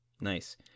Nice